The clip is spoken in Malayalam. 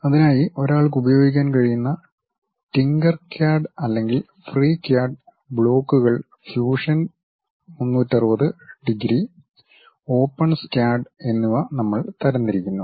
അതിനായി ഒരാൾക്ക് ഉപയോഗിക്കാൻ കഴിയുന്ന ടിങ്കർക്യാഡ് അല്ലെങ്കിൽ ഫ്രീക്യാഡ് ബ്ലോക്കുകൾ ഫ്യൂഷൻ 360 ഡിഗ്രി ഓപ്പൺസ്കാഡ് എന്നിവ നമ്മൾ തരംതിരിക്കുന്നു